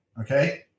okay